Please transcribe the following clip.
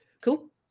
cool